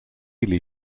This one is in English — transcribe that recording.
ely